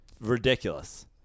Ridiculous